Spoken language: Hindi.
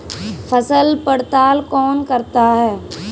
फसल पड़ताल कौन करता है?